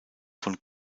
von